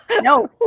No